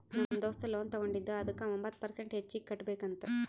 ನಮ್ ದೋಸ್ತ ಲೋನ್ ತಗೊಂಡಿದ ಅದುಕ್ಕ ಒಂಬತ್ ಪರ್ಸೆಂಟ್ ಹೆಚ್ಚಿಗ್ ಕಟ್ಬೇಕ್ ಅಂತ್